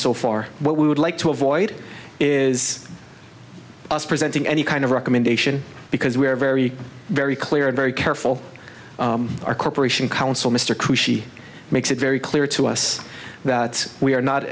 so far what we would like to avoid is presenting any kind of recommendation because we are very very clear and very careful our corporation counsel mr coo she makes it very clear to us that we are not